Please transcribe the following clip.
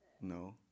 No